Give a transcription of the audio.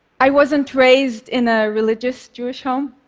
i wasn't raised in a religious jewish home,